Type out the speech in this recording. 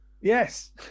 Yes